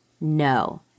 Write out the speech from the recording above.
no